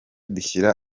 dushyira